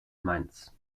mainz